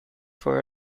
for